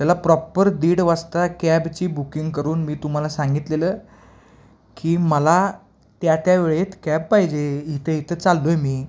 त्याला प्रॉपर दीड वाजता कॅबची बुकिंग करून मी तुम्हाला सांगितलेलं की मला त्या त्यावेळेत कॅब पाहिजे इथं इथं चाललो आहे मी